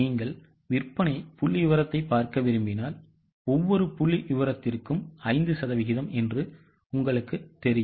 நீங்கள் விற்பனை புள்ளிவிவரத்தைப் பார்க்க விரும்பினால் ஒவ்வொரு விற்பனை புள்ளிவிவரத்திற்கும் 5 சதவிகிதம் என்று உங்களுக்குத் தெரியும்